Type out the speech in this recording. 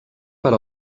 per